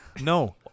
No